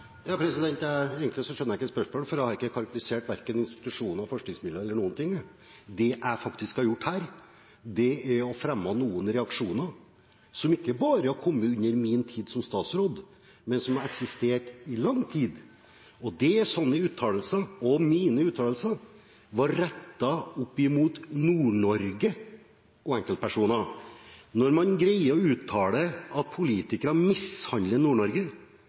Egentlig skjønner jeg ikke spørsmålet, for jeg har ikke karakterisert verken institusjoner, forskningsmiljøer eller noen ting. Det jeg har gjort her, er å fremme noen reaksjoner som ikke bare har kommet under min tid som statsråd, men som har eksistert i lang tid. Sånne uttalelser og mine uttalelser var rettet opp mot Nord-Norge og enkeltpersoner. Når man greier å uttale at politikere mishandler